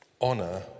honor